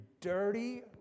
dirty